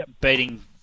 beating